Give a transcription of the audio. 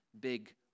big